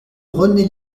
rené